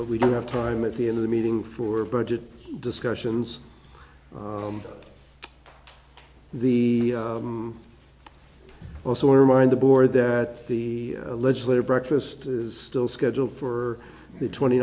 but we don't have time at the end of the meeting for budget discussions on the also remind the board that the legislator breakfast is still scheduled for the twenty